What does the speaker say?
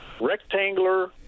rectangular